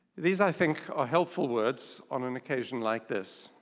these i think are helpful words on an occasion like this.